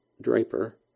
Draper